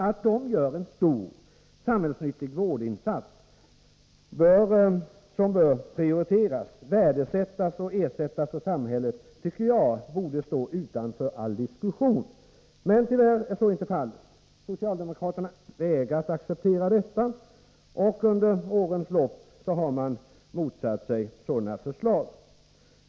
Att de gör en stor samhällsnyttig vårdinsats, som bör värdesättas och ersättas av samhället, tycker jag borde stå utanför all diskussion. Men tyvärr är så inte fallet. Socialdemokraterna vägrar att acceptera ett sådant synsätt och har under årens lopp motsatt sig förslag som innebär att dessa vårdformer skall få bidrag.